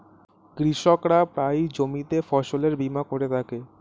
কৃষকরা প্রায়ই জমিতে ফসলের বীমা করে থাকে